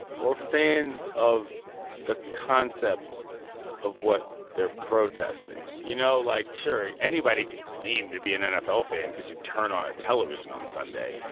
or fans of the concept of what they're protesting? you know, like, sure, anybody can claim to be an nfl fan because you turn on a television on sunday.